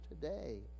today